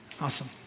Awesome